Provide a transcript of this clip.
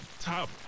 top